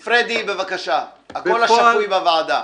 פרדי, הקול השפוי בוועדה.